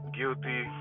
guilty